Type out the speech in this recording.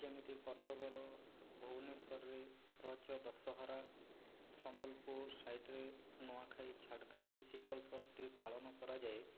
ଯେମିତି କଟକର ଭୁବନେଶ୍ୱରରେ ରଜ ଦଶହରା ସମ୍ବଲପୁର ସାଇଡ଼ରେ ନୂଆଖାଇ ଛାଡ଼ଖାଇ ଶୀତଳଷଷ୍ଠୀ ପାଳନ କରାଯାଏ